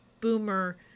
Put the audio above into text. boomer